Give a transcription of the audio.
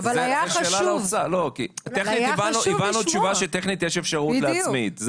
קיבלנו תשובה שטכנית יש אפשרות להצמיד.